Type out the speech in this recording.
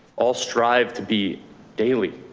all strive to be daily.